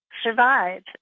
Survive